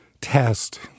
test